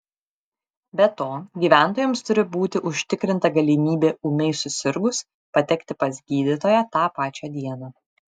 be to gyventojams turi būti užtikrinta galimybė ūmiai susirgus patekti pas gydytoją tą pačią dieną